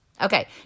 okay